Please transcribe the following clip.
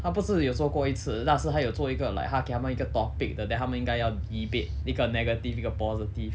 他不是有做过一次那时他有做一个 like 他给他们一个 topic then 他们应该要 debate 一个 negative 一个 positive